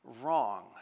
wrong